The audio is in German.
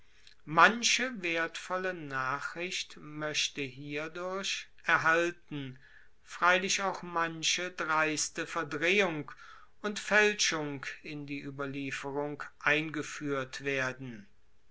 manche wertvolle nachricht mochte hierdurch erhalten freilich auch manche dreiste verdrehung und faelschung in die ueberlieferung eingefuehrt werden